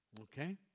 Okay